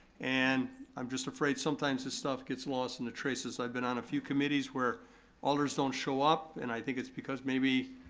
and, i'm just afraid sometimes this stuff gets lost in the traces, i've been on a few committees where alders don't show up, and i think it's because maybe,